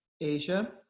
Asia